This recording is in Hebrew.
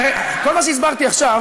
כל מה שהסברתי עכשיו